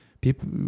people